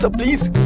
so please,